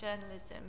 journalism